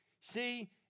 See